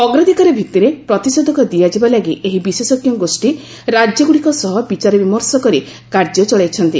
ଅଗ୍ରାଧିକାର ଭିଭିରେ ପ୍ରତିଷେଧକ ଦିଆଯିବା ଲାଗି ଏହି ବିଶେଷଜ୍ଞ ଗୋଷ୍ଠୀ ରାଜ୍ୟଗୁଡ଼ିକ ସହ ବିଚାର ବିମର୍ଷ କରି କାର୍ଯ୍ୟ ଚଳାଇଛନ୍ତି